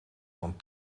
van